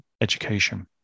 education